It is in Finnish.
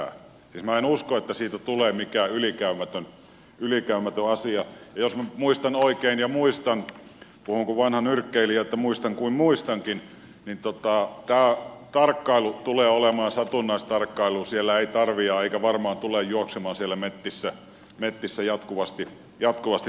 minä en usko että siitä tulee mikään ylikäymätön asia ja jos muistan oikein ja muistan puhun kuin vanha nyrkkeilijä että muistan kuin muistankin niin tämä tarkkailu tulee olemaan satunnaistarkkailua siellä ei tarvitse eikä varmaan tule juoksemaan siellä metsissä jatkuvasti tarkastajia